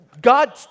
God